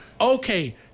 Okay